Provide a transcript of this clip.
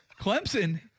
Clemson